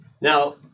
Now